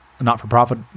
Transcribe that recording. not-for-profit